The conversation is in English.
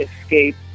escape